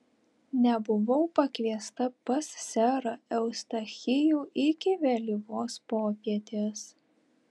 nebuvau pakviesta pas serą eustachijų iki vėlyvos popietės